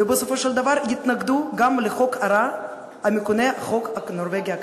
ובסופו של דבר יתנגדו גם לחוק הרע המכונה החוק הנורבגי הקטן.